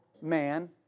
man